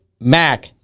Mac